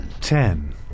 Ten